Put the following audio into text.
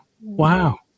Wow